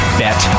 bet